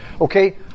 Okay